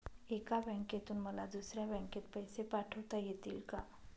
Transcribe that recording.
एका बँकेतून मला दुसऱ्या बँकेत पैसे पाठवता येतील का?